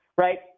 right